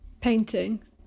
paintings